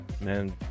man